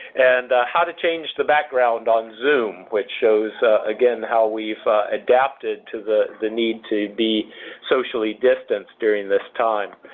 and how to change the background on zoom, which shows again how we've adapted to the the need to be socially distanced during this time.